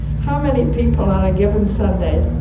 how many people on a given sunday